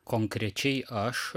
konkrečiai aš